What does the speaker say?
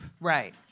Right